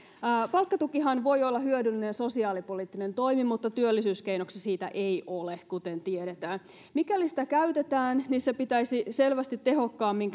palkkatukihan voi olla hyödyllinen sosiaalipoliittinen toimi mutta työllisyyskeinoksi siitä ei ole kuten tiedetään mikäli sitä käytetään sitä pitäisi selvästi tehokkaammin